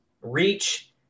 reach